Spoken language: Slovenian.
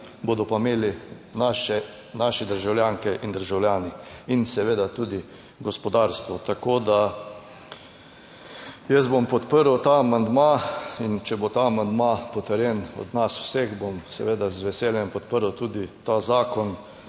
bodo pa imeli naše, naši državljanke in državljani in seveda tudi gospodarstvo. Tako da, jaz bom podprl ta amandma. In če bo ta amandma potrjen od nas vseh bom seveda z veseljem podprl tudi ta zakon.